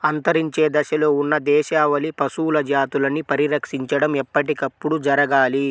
అంతరించే దశలో ఉన్న దేశవాళీ పశువుల జాతులని పరిరక్షించడం ఎప్పటికప్పుడు జరగాలి